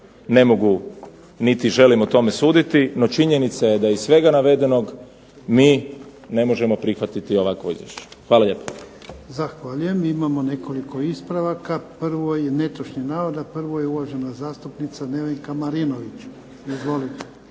ne mogu niti želim o tome suditi, no činjenica je da iz svega navedenog mi ne možemo prihvatiti ovakvo izvješće. Hvala lijepo. **Jarnjak, Ivan (HDZ)** Zahvaljujem. Imamo nekoliko ispravaka. Prvo je netočni navod, a prvo je uvažena zastupnica Nevenka Marinović. Izvolite.